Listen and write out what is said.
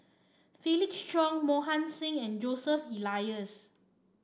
Felix Cheong Mohan Singh and Joseph Elias